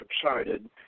subsided